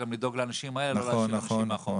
גם לדאוג לאנשים האלה ולא להשאיר מאחור אנשים.